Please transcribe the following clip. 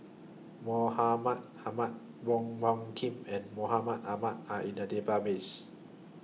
Mahmud Ahmad Wong Hung Khim and Mahmud Ahmad Are in The Database